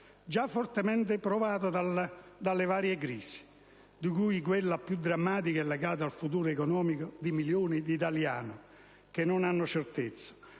già fortemente provato da varie crisi, di cui quella più drammatica è legata al futuro economico di milioni di italiani, che non hanno certezza